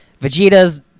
Vegeta's